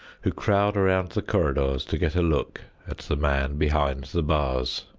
who crowd around the corridors to get a look at the man behind the bars.